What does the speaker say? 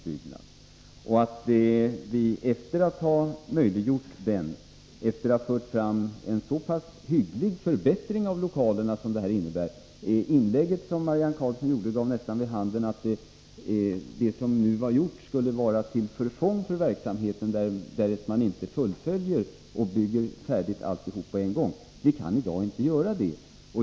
Den kommer att innebära en väsentlig förbättring av lokalerna. Marianne Karlssons inlägg gav nästan vid handen att det som nu är gjort skulle vara till förfång för verksamheten, därest man inte fortsätter utbyggnaden och bygger färdigt alltihop på en gång. Men vi kan i dag inte göra det.